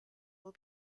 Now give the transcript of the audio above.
will